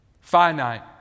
finite